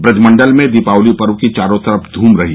ब्रजमंडल में दीपावली पर्व की चारों तरफ धूम रही